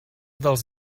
dels